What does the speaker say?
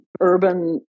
urban